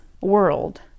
world